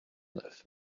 neuf